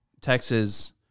Texas